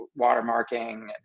watermarking